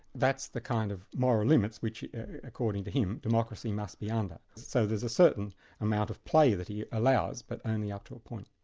that's the kind of moral limits which according to him, democracy must be under. ah and so there's a certain amount of play that he allows, but only up to a point.